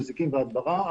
מזיקים והדברה,